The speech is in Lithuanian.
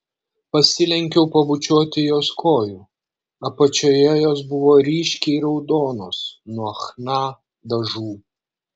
pasilenkiau pabučiuoti jos kojų apačioje jos buvo ryškiai raudonos nuo chna dažų